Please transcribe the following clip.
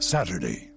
Saturday